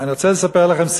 אני רוצה לספר לכם סיפור.